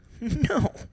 No